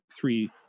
three